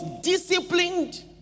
disciplined